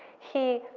he,